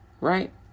Right